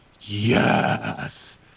yes